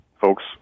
folks